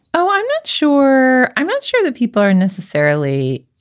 oh, i'm not sure. i'm not sure that people are necessarily,